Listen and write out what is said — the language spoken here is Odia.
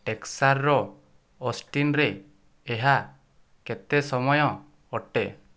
ଟେକ୍ସାରର ଅଷ୍ଟିନ୍ରେ ଏହା କେତେ ସମୟ ଅଟେ